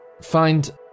Find